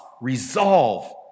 resolve